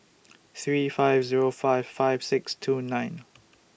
three five Zero five five six two nine